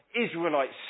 Israelites